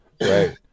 Right